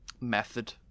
method